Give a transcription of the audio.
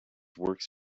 works